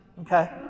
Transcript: okay